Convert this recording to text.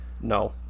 no